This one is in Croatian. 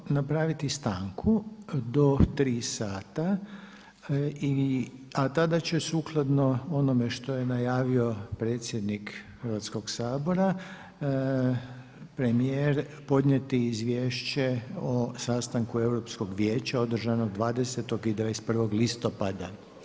Sada ćemo napraviti stanku do tri sata, a tada će sukladno onome što je najavio predsjednik Hrvatskog sabora, premijer podnijeti izvješće o sastanku Europskog vijeća održanog 20. i 21. listopada.